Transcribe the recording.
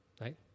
right